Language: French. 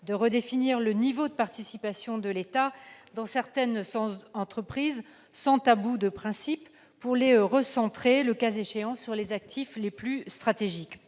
de redéfinir le niveau des participations de l'État dans certaines entreprises, sans tabou de principe, pour les recentrer, le cas échéant, sur les actifs les plus stratégiques.